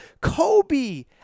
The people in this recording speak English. Kobe